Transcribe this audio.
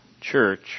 church